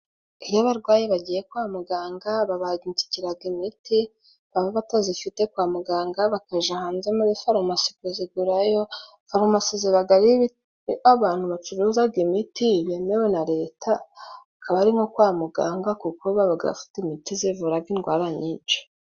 Iyo abarwayi bagiye kwa muganga babandikiraga imiti, baba batazifite kwa muganga bakaja hanze muri farumasi kuzigurayo. Farumasi zibaga ari abantu bacuruzaga imiti bemewe na Leta, akaba ari nko kwa muganga kuko babaga bafite imiti zivuraga indwara nyinshi.